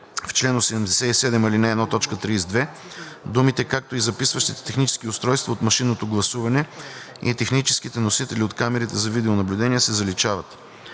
В чл. 87, ал. 1, т. 32 думите „както и записващите технически устройства от машинното гласуване и техническите носители от камерите за видеонаблюдение“ се заличават.“